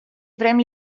vrem